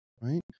right